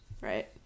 Right